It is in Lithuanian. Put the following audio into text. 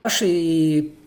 aš į